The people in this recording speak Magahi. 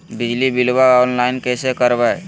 बिजली बिलाबा ऑनलाइन कैसे करबै?